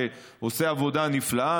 שעושה עבודה נפלאה,